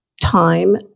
time